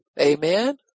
Amen